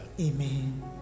Amen